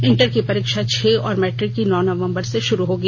inter की परीक्षा छह और मैट्रिक की नौ नवंबर से शुरू होगी